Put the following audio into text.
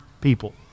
people